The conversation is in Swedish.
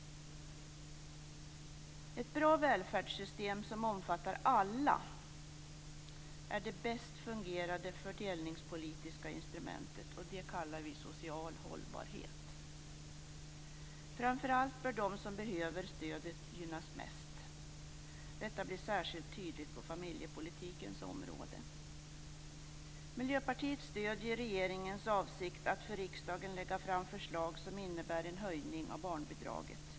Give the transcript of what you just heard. Ett bra välfärdssystem som omfattar alla är det bäst fungerande fördelningspolitiska instrumentet, och det kallar vi social hållbarhet. Framför allt bör de som bäst behöver stödet gynnas mest. Detta blir särskilt tydligt på familjepolitikens område. Miljöpartiet stöder regeringens avsikt att för riksdagen lägga fram förslag som innebär en höjning av barnbidraget.